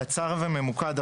קצר וממוקד,